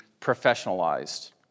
professionalized